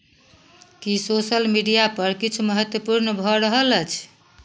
की social मीडियापर किछु महत्वपूर्ण भऽ रहल अछि